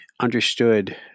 understood